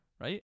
right